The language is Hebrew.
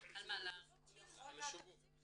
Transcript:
אין סעיף כזה --- בסדר,